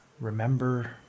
remember